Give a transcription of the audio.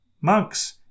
Monks